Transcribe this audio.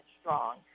strong